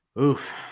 Oof